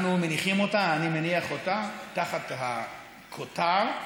אני מניח תחת הכותר: